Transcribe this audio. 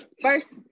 first